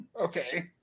okay